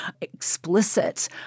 explicit